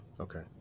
okay